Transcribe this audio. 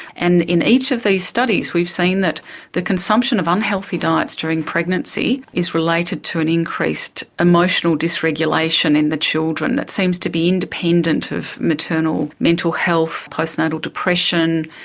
and in each of these studies we've seen that the consumption of unhealthy diets during pregnancy is related to an increased emotional dysregulation in the children that seems to be independent of maternal mental health, postnatal depression.